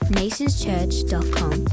nationschurch.com